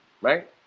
right